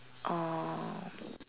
oh